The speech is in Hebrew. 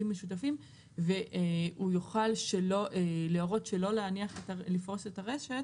המשותפים והוא יוכל להורות שלא לפרוס את הרשת